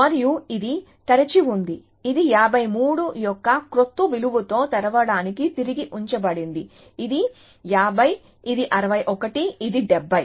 మరియు ఇది తెరిచి ఉంది ఇది 53 యొక్క క్రొత్త విలువతో తెరవడానికి తిరిగి ఉంచబడింది ఇది 50 ఇది 61 ఇది 70